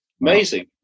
Amazing